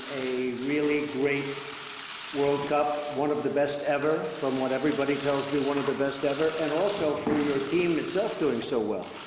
really great world cup. one of the best ever, from what everybody tells me. one of the best ever. and also for your team itself doing so well.